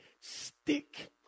stick